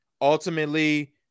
ultimately